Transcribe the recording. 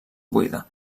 buida